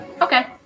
Okay